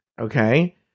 Okay